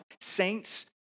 Saints